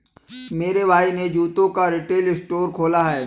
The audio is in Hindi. मेरे भाई ने जूतों का रिटेल स्टोर खोला है